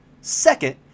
Second